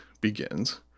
begins